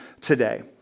today